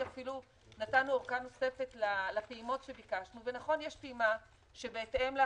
כלומר אפילו לא ניצלנו את התקופות שבהן יכולנו לעכב את